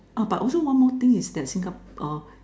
but also one more thing is that Singapore